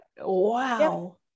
Wow